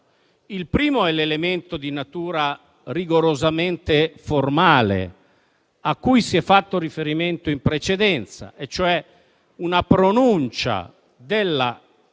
Il primo è l'elemento di natura rigorosamente formale, cui si è fatto riferimento in precedenza, ossia una pronuncia della